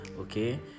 Okay